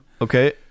Okay